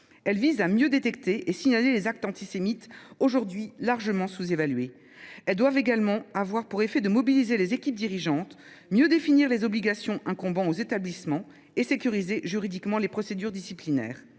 Celles ci visent à mieux détecter et signaler les actes antisémites, aujourd’hui largement sous évalués. Elles doivent également avoir pour effet de mobiliser les équipes dirigeantes, de mieux définir les obligations incombant aux établissements et de sécuriser juridiquement les procédures disciplinaires.